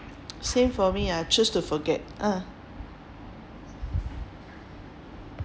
same for me I choose to forget ah